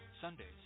Sundays